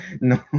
no